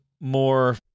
more